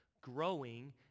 growing